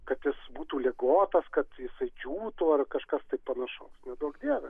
kad jis būtų ligotas kad jisai džiūtų ar kažkas panašaus neduok dieve